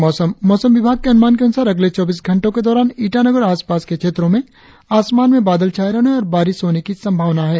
और अब मौसम मौसम विभाग के अनुमान के अनुसार अगले चौबीस घंटो के दौरान ईटानगर और आसपास के क्षेत्रो में आसमान में बादल छाये रहने और बारिश होने की संभावना है